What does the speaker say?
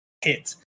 hit